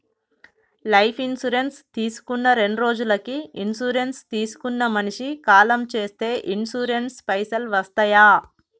Life insurance తీసుకున్న రెండ్రోజులకి insurance తీసుకున్న మనిషి కాలం చేస్తే ఇన్సూరెన్స్ పైసల్ వస్తయా?